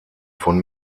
von